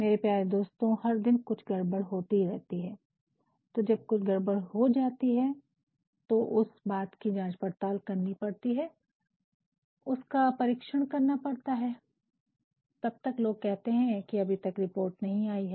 मेरे प्यारे दोस्तों हर दिन कुछ गड़बड़ होती है तो जब कुछ गड़बड़ हो जाती है तो उस बात की जांच पड़ताल करनी पड़ती है उनका परीक्षण करना पड़ता है तब तक लोग कहते हैं कि रिपोर्ट अभी तक नहीं आई है